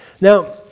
Now